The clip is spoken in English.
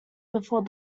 before